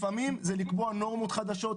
לפעמים זה לקבוע נורמות חדשות,